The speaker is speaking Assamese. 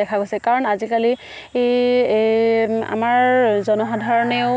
দেখা গৈছে কাৰণ আজিকালি এই আমাৰ জনসাধাৰণেও